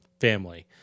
family